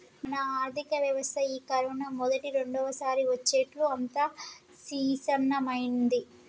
మన ఆర్థిక వ్యవస్థ ఈ కరోనా మొదటి రెండవసారి వచ్చేట్లు అంతా సిన్నభిన్నమైంది